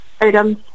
items